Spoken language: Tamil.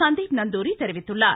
சந்தீப் நந்தூரி தெரிவித்துள்ளார்